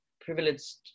privileged